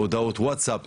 הודעות ווטסאפ,